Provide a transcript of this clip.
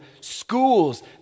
Schools